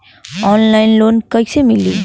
Online loan कइसे मिली?